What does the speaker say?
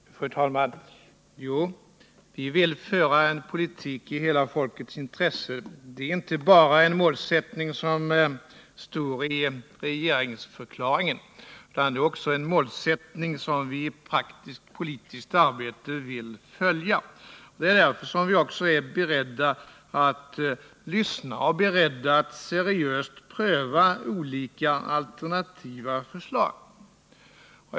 Fru talman! Jo, vi vill föra en politik i hela folkets intresse. Det är inte bara en målsättning som står i regeringsförklaringen, utan det är också en målsättning som vi i praktiskt politiskt arbete vill följa. Det är därför som vi också är beredda att lyssna och beredda att seriöst pröva olika alternativa förslag.